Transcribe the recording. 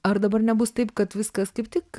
ar dabar nebus taip kad viskas kaip tik